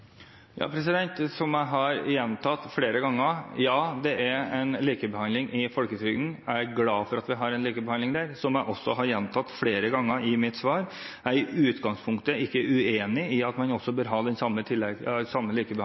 Som jeg har gjentatt flere ganger: Ja, det er en likebehandling i folketrygden. Jeg er glad for at vi har en likebehandling der, som jeg også har gjentatt flere ganger i mine svar. Jeg er i utgangspunktet ikke uenig i at man også bør ha den samme